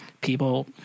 people